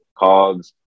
Cogs